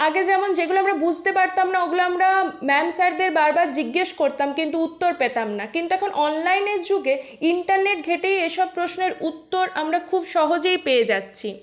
আগে যেমন যেগুলো আমরা বুঝতে পারতাম না ওগুলো আমরা ম্যাম স্যারদের বারবার জিজ্ঞেস করতাম কিন্তু উত্তর পেতাম না কিন্তু এখন অনলাইনের যুগে ইন্টারনেট ঘেটেই এসব প্রশ্নের উত্তর আমরা খুব সহজেই পেয়ে যাচ্ছি